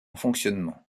fonctionnement